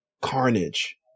carnage